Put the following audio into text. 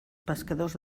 pescadors